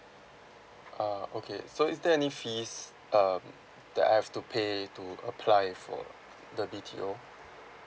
ah okay so is there any fees um that I have to pay to apply for the B_T_O